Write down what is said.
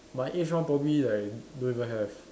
my age one probably like don't even have